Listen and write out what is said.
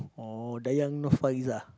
oh Dayang-Nurfaizah